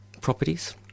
properties